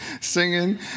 singing